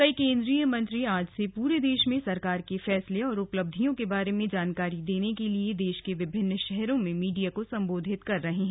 कई केन्द्रीय मंत्री आज से पूरे देश में सरकार के फैसले और उपलिब्धयों के बारे में जानकारी देने के लिए देश के विभिन्न शहरों में मीडिया को संबोधित कर रहे हैं